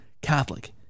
catholic